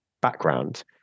background